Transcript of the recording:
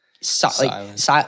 silence